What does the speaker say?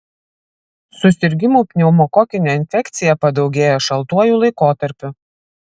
susirgimų pneumokokine infekcija padaugėja šaltuoju laikotarpiu